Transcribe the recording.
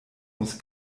muss